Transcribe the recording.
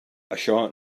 això